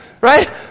Right